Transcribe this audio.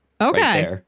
Okay